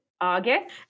August